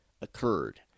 occurred